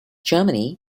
germany